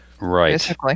Right